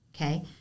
Okay